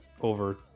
over